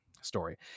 story